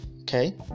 okay